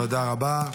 תודה רבה.